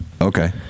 Okay